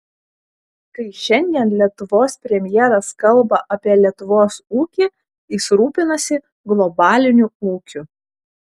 kai šiandien lietuvos premjeras kalba apie lietuvos ūkį jis rūpinasi globaliniu ūkiu